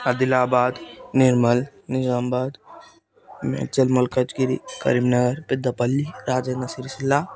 Adilabad Nirmal Nizamabad Medchal Malkajgiri Karimnagar Peddapalli Rajanna Sircilla